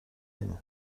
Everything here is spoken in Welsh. hyn